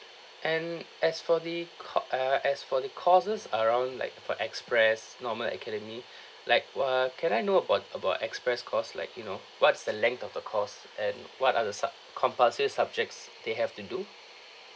and as for the co~ eh as for the courses around like for express normal academy like wh~ uh can I know about about express course like you know what is the length of the course and what are the su~ compulsory subjects they have to do